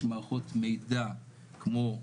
יש מערכות מידע כמו,